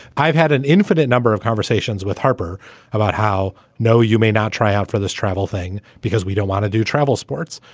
i've had an infinite number of conversations with harper about how, no, you may not try out for this travel thing because we don't want to do travel sports.